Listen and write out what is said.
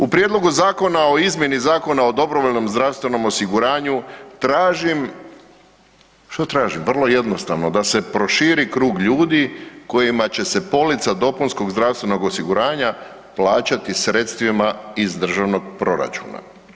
U Prijedlogu zakona o izmjeni Zakona o dobrovoljnom zdravstvenom osiguranju tražim, što tražim, vrlo jednostavno da se proširi krug ljudi kojima će se polica dopunskog zdravstvenog osiguranja plaćati sredstvima iz državnog proračuna.